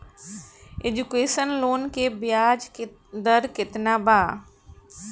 Education loan के ब्याज दर केतना बा?